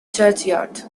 churchyard